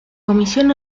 comisión